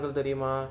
terima